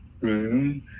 room